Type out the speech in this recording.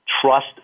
trust